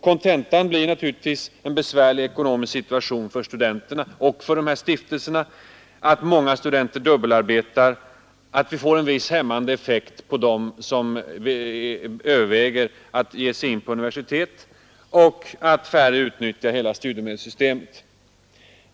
Kontentan blir naturligtvis en besvärlig ekonomisk situation för studenterna och för stiftelserna, att många studenter dubbelarbetar, att det får en viss hämmande effekt på dem som överväger att ge sig in på universitet och att färre utnyttjar hela studiemedelssystemet.